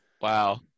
wow